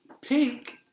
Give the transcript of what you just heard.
Pink